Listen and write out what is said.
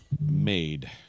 MADE